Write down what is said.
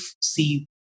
see